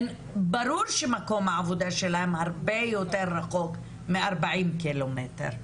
ברור שמקום העבודה שלהן הרבה יותר רחוק מ-40 קילומטר.